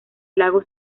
lagos